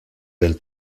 del